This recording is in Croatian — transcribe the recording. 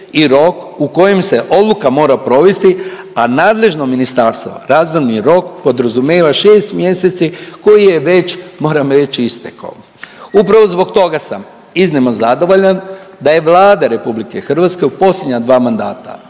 i rok u kojem se odluka mora provesti, a nadležno ministarstvo razumni rok podrazumeva šeste mjeseci koji je već moram reći istekao. Upravo zbog toga sam iznimno zadovoljan da je Vlada RH u posljednja dva mandata